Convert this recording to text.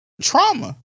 trauma